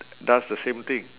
does the same thing